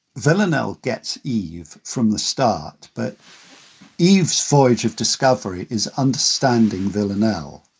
villanelle gets eve from the start, but eve's voyage of discovery is understanding villanelle.